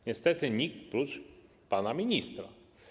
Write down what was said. Niestety, nikt, prócz pana ministra.